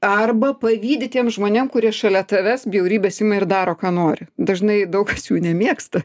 arba pavydi tiem žmonėm kurie šalia tavęs bjaurybės ima ir daro ką nori dažnai daug kas jų nemėgsta